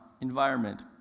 environment